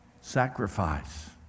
sacrifice